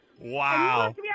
Wow